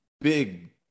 big